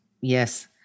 Yes